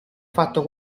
fatto